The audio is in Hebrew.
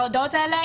ההודעות האלה,